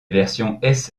versions